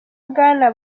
bwana